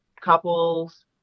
couples